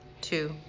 two